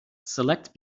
select